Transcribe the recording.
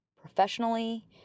professionally